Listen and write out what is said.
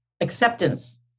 acceptance